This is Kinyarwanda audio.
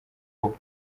papa